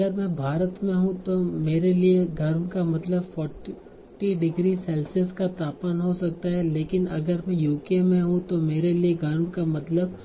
अगर मैं भारत में हूं तो मेरे लिए गर्म का मतलब 40 डिग्री सेल्सियस का तापमान हो सकता है लेकिन अगर मैं यूके में हूं तो मेरे लिए गर्म का मतलब